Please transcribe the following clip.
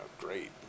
great